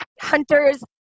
hunters